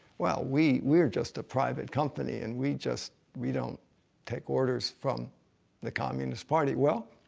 well, we. we're just a private company and we just. we don't take orders from the communist party. well,